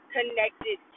connected